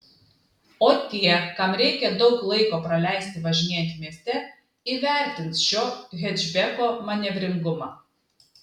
o tie kam reikia daug laiko praleisti važinėjant mieste įvertins šio hečbeko manevringumą